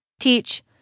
teach